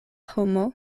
homo